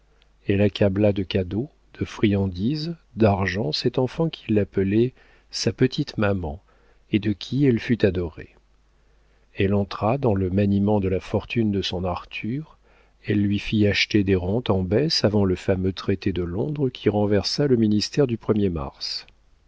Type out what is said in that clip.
elle accabla de cadeaux de friandises d'argent cet enfant qui l'appelait sa petite maman et de qui elle fut adorée elle entra dans le maniement de la fortune de son arthur elle lui fit acheter des rentes en baisse avant le fameux traité de londres qui renversa le ministère du er mars